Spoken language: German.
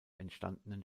entstandenen